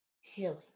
healing